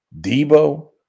Debo